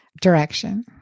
direction